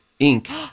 Inc